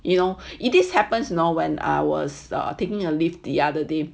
you know if this happens you know when I was taking a lift the other day